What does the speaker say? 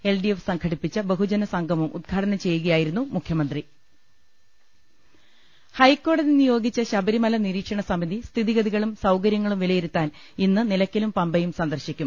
L D F സംഘടിപ്പിച്ച ബഹുജനസംഗമം ഉദ്ഘാടനം ചെയ്യുകയായിരുന്നു മുഖ്യമന്ത്രി ഹൈക്കോടതി നിയോഗിച്ച ശബരിമല നിരീക്ഷണ സമിതി സ്ഥിതി ഗതികളും സൌകര്യങ്ങളും വിലയിരുത്താൻ ഇന്ന് നിലയ്ക്കലും പമ്പയും സന്ദർശിക്കും